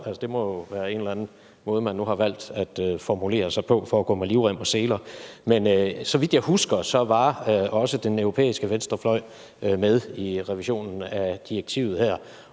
eller anden måde, man nu har valgt at formulere sig på for at gå med livrem og seler. Men så vidt jeg husker, var også den europæiske venstrefløj med i revisionen af direktivet her,